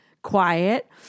Quiet